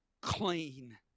clean